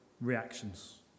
reactions